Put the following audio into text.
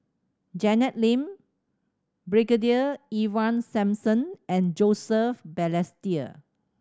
Janet Lim Brigadier Ivan Simson and Joseph Balestier